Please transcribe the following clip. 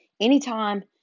anytime